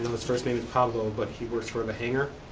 his first name is pablo, but he works for the henger.